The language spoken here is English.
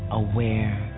aware